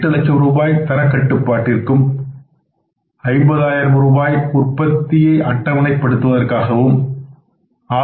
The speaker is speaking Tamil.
00 லட்சம் ரூபாய் தரக்கட்டுப்பாட்டிற்கும் 50000ரூபாய் உற்பத்தியை அட்டவணை படுத்துவதற்காகவும் 6